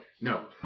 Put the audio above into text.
No